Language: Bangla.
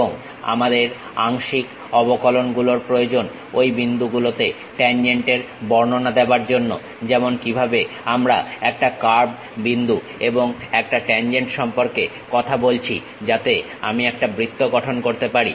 এবং আমাদের আংশিক অবকলন গুলোর প্রয়োজন ঐ বিন্দু গুলোতে ট্যানজেন্টের বর্ণনা দেবার জন্য যেমন কিভাবে আমরা একটা কার্ভ বিন্দু এবং একটা ট্যানজেন্ট সম্পর্কে কথা বলেছি যাতে আমি একটা বৃত্ত গঠন করতে পারি